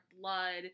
blood